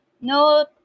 No